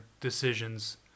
decisions